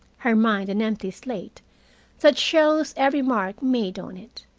her mind an empty slate that shows every mark made on it.